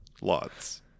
lots